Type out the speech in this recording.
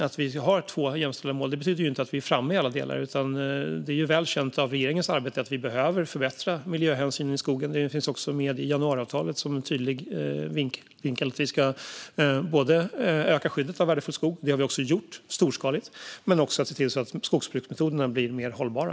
Att vi har två jämställda mål betyder inte att vi är framme i alla delar. Det är väl känt i regeringens arbete att vi behöver förbättra miljöhänsynen i skogen. Det finns också med i januariavtalet. Vi ska öka skyddet av värdefull skog - det har vi också gjort storskaligt - men vi ska också se till att skogsbruksmetoderna blir mer hållbara.